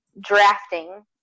drafting